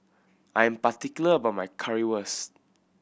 I am particular about my Currywurst